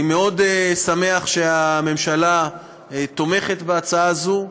אני שמח מאוד שהממשלה תומכת בהצעת הזאת.